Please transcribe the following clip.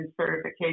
Certification